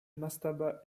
mastaba